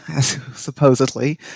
supposedly